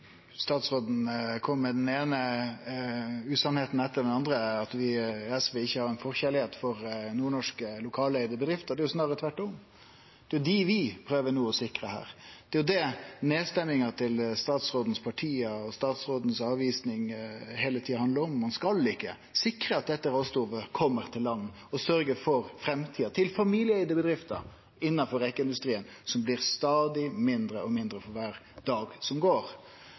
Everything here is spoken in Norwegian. Statsråden kom med den eine usanninga etter den andre, som at vi i SV ikkje har ein forkjærleik for nordnorske lokalt eigde bedrifter. Det er snarare tvert om. Det er dei vi prøver å sikre no. Det er det nedstemminga frå regjeringspartia og avvisinga frå statsråden heile tida handlar om. Ein skal ikkje sikre at dette råstoffet kjem til land og sørgjer for framtida til familieeigde bedrifter innanfor rekeindustrien, som blir stadig mindre og mindre for kvar dag som går.